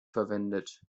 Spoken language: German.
verwendet